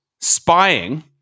spying